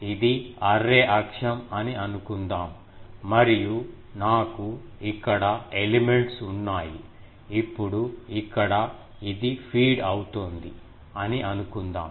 ఇది అర్రే అక్షం అని అనుకుందాం మరియు నాకు ఇక్కడ ఎలిమెంట్స్ ఉన్నాయి ఇప్పుడు ఇక్కడ ఇది ఫీడ్ అవుతుంది అని అనుకుందాం